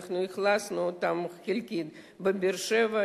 אנחנו אכלסנו אותן חלקית בבאר-שבע,